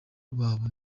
babo